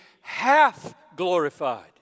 half-glorified